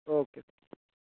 okay